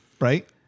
right